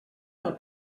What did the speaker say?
del